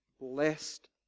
blessed